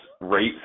rate